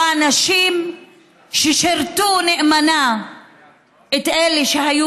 או אנשים ששירתו נאמנה את אלה שהיו